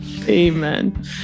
Amen